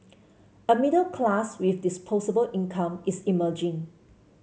a middle class with disposable income is emerging